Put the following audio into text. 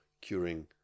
curing